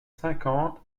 cinquante